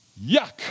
Yuck